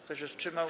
Kto się wstrzymał?